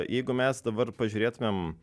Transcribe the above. jeigu mes dabar pažiūrėtumėm